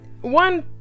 one